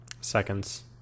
Seconds